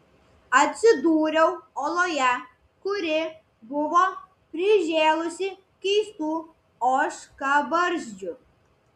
atsidūriau oloje kuri buvo prižėlusi keistų ožkabarzdžių